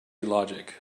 logic